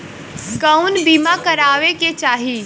कउन बीमा करावें के चाही?